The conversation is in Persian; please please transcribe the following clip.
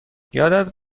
یادت